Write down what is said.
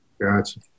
Gotcha